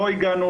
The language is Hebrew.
לא הגענו